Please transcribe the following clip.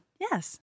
Yes